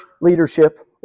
leadership